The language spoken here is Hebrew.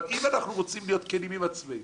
אבל אם אנחנו רוצים להיות כנים עם עצמנו,